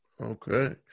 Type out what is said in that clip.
Okay